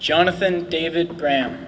jonathan david gra